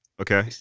Okay